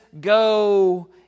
go